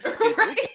Right